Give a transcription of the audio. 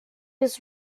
was